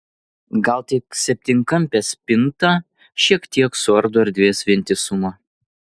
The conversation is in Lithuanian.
gal tik septynkampė spinta šiek tiek suardo erdvės vientisumą